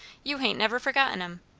you hain't never forgotten em?